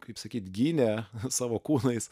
kaip sakyt gynė savo kūnais